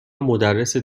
مدرس